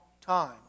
time